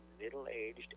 middle-aged